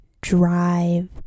drive